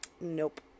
nope